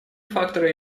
факторы